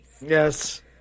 Yes